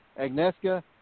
Agneska